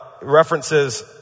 references